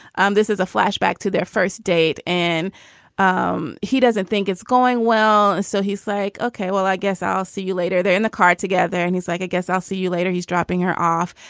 um this is a flashback to their first date and um he doesn't think it's going well. so he's like, ok, well, i guess i'll see you later. they're in the car together. and he's like, i guess i'll see you later. he's dropping her off.